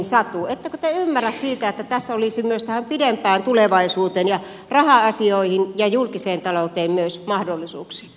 ettekö te ymmärrä sitä että tässä olisi myös tähän pidempään tulevaisuuteen ja raha asioihin ja julkiseen talouteen myös mahdollisuuksia